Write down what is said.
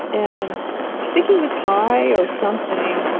and i think he was high or something